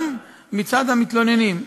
גם מצד המתלוננים.